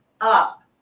up